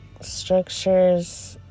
structures